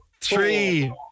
three